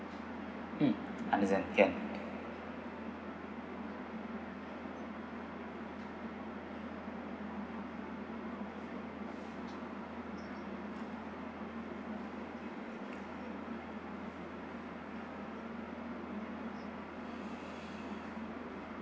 mm understand can